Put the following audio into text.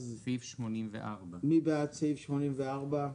מי בעד סעיף 84?